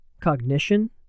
cognition